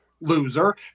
loser